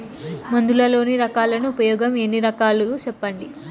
మందులలోని రకాలను ఉపయోగం ఎన్ని రకాలు? సెప్పండి?